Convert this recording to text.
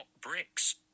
bricks